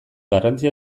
garrantzi